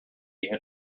had